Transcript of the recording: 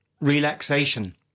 Relaxation